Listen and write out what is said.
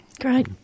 Great